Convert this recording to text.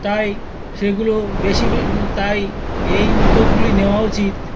তাই সেগুলো বেশি তাই এই উদ্যোগগুলি নেওয়া উচিত